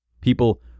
People